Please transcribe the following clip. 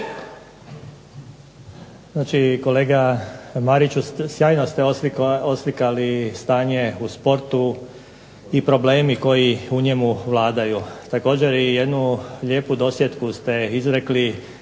kolega Mariću sjajno ste oslikali stanje u sportu i problemi koji u njemu vladaju, također jednu lijepu dosjetku ste izrekli